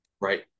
Right